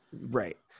Right